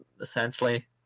essentially